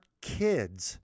kids